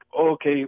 okay